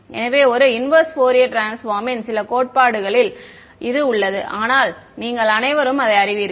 எனவே ஒரு inverse Fourier transform ன் சில கோட்பாடுகளில் உள்ளது ஆனால் நீங்கள் அனைவரும் அதை அறிவீர்கள்